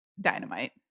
dynamite